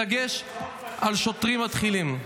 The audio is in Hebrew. בדגש על שוטרים מתחילים.